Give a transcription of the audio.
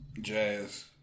jazz